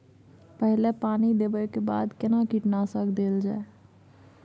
पहिले पानी देबै के बाद केना कीटनासक देल जाय?